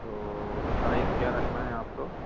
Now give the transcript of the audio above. तो साइज क्या रखना है आपको